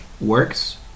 works